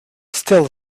still